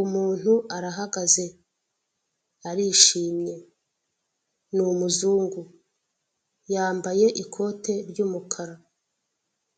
Umuntu arahagaze arishimye, ni umuzungu yambaye ikote ry'umukara